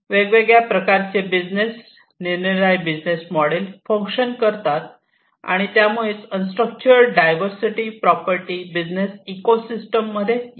वेगवेगळ्या प्रकारचे बिझनेस निरनिराळे बिझनेस मोडेल फंक्शन करतात आणि त्यामुळेच unstructure diversity property business ecosystem मध्ये येते